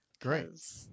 Great